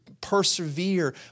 persevere